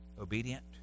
obedient